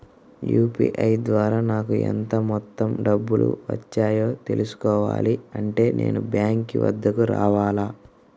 UPI ద్వారా నాకు ఎంత మొత్తం డబ్బులు వచ్చాయో తెలుసుకోవాలి అంటే నేను బ్యాంక్ వద్దకు రావాలా?